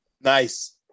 Nice